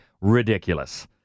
ridiculous